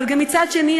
אבל מצד שני,